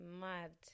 mad